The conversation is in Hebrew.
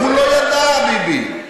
הוא לא ידע, ביבי.